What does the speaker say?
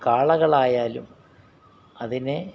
കാളകളായാലും അതിനെ